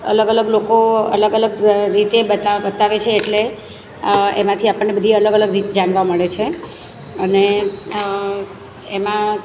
અલગ અલગ લોકો અલગ અલગ રીતે બતા બતાવે છે એટલે એમાંથી આપણને બધી અલગ અલગ રીત જાણવા મળે છે અને એમાં